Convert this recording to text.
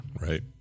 right